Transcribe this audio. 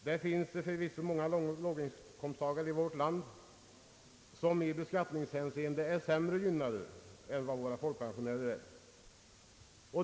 Det finns förvisso många låginkomsttagare i vårt land som i beskattningshänseende är sämre lottade än våra folkpensionärer.